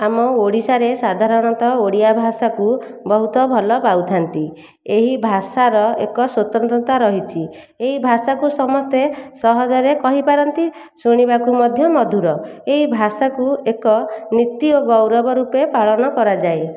ଆମ ଓଡ଼ିଶାରେ ସାଧାରଣତଃ ଓଡ଼ିଆ ଭାଷାକୁ ବହୁତ ଭଲ ପାଉଥାନ୍ତି ଏହି ଭାଷାର ଏକ ସ୍ଵତନ୍ତ୍ରତା ରହିଛି ଏହି ଭାଷାକୁ ସମସ୍ତେ ସହଜରେ କହିପାରନ୍ତି ଶୁଣିବାକୁ ମଧ୍ୟ ମଧୁର ଏହି ଭାଷାକୁ ଏକ ନୀତି ଓ ଗୌରବ ରୂପେ ପାଳନ କରାଯାଏ